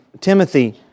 Timothy